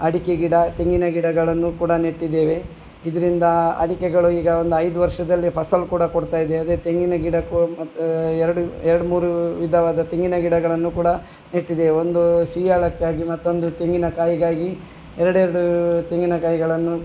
ಅಡಿಕೆ ಗಿಡ ತೆಂಗಿನ ಗಿಡಗಳನ್ನು ಕೂಡ ನೆಟ್ಟಿದ್ದೇವೆ ಇದರಿಂದ ಅಡಿಕೆಗಳು ಈಗ ಒಂದು ಐದು ವರ್ಷದಲ್ಲಿ ಫಸಲು ಕೂಡ ಕೊಡ್ತಾಯಿದೆ ಅದೇ ತೆಂಗಿನ ಗಿಡ ಕು ಮತ್ತು ಎರ್ಡು ಎರ್ಡ್ಮೂರು ವಿಧವಾದ ತೆಂಗಿನ ಗಿಡಗಳನ್ನು ಕೂಡಾ ನೆಟ್ಟಿದೆ ಒಂದು ಸೀಯಾಳಕ್ಕಾಗಿ ಮತ್ತೊಂದು ತೆಂಗಿನ ಕಾಯಿಗಾಗಿ ಎರಡೆರ್ಡು ತೆಂಗಿನ ಕಾಯಿಗಳನ್ನು